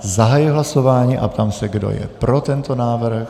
Zahajuji hlasování a ptám se, kdo je pro tento návrh.